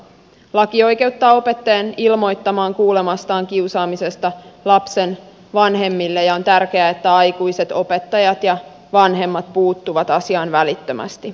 laki oikeuttaa opettajan ilmoittamaan kuulemastaan kiusaamisesta lapsen vanhemmille ja on tärkeää että aikuiset opettajat ja vanhemmat puuttuvat asiaan välittömästi